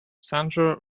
sandra